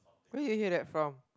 where did you hear that from